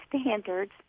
standards